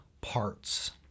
Parts